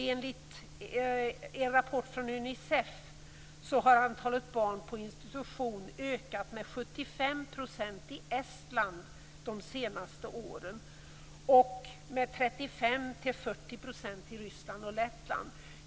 Enligt en rapport från Unicef har antalet barn på institution ökat med 75 % i Estland de senaste åren och med 35-40 % i Ryssland och Lettland.